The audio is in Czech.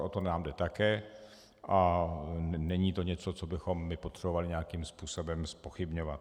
O to nám jde také a není to něco, co bychom potřebovali nějakým způsobem zpochybňovat.